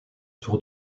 tour